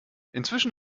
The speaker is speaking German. inzwischen